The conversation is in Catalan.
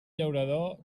llaurador